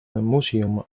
museum